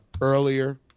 earlier